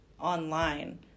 online